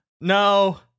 No